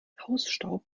hausstaub